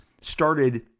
started